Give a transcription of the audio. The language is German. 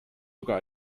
sogar